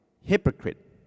hypocrite